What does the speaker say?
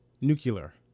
Nuclear